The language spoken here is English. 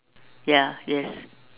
ya yes